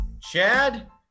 Chad